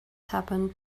happened